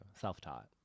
Self-taught